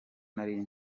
nari